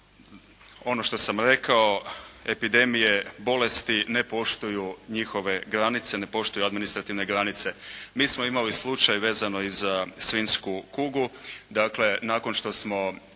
ono što sam rekao epidemije bolesti ne poštuju njihove granice, ne poštuju administrativne granice. Mi smo imali slučaj vezano i za svinjsku kugu, dakle nakon što smo